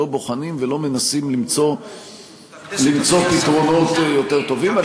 לא בוחנים ולא מנסים למצוא פתרונות יותר טובים.